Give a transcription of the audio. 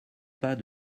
pas